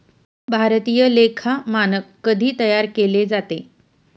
भारतीय लेखा मानक कधी तयार केले जाते?